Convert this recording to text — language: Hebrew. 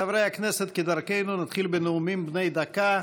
חברי הכנסת, כדרכנו נתחיל בנאומים בני דקה.